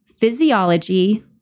physiology